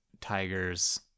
tigers